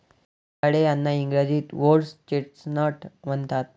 सिंघाडे यांना इंग्रजीत व्होटर्स चेस्टनट म्हणतात